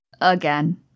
Again